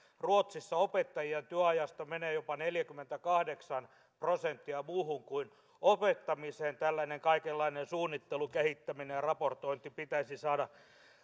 ruotsissa opettajien työajasta menee jopa neljäkymmentäkahdeksan prosenttia muuhun kuin opettamiseen tällainen kaikenlainen suunnittelu kehittäminen ja raportointi pitäisi saada